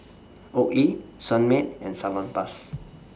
Oakley Sunmaid and Salonpas